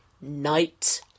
Night